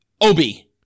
Obi